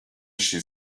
she